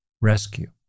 rescue